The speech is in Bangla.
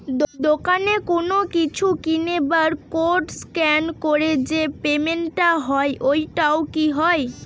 দোকানে কোনো কিছু কিনে বার কোড স্ক্যান করে যে পেমেন্ট টা হয় ওইটাও কি হয়?